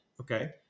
Okay